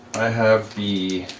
i have the